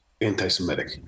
anti-Semitic